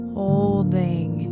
holding